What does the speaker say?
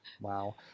wow